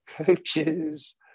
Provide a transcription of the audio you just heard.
coaches